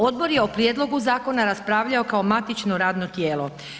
Odbor je o prijedlogu zakona raspravljao kao matično radno tijelo.